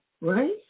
right